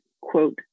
quote